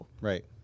Right